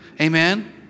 Amen